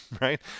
right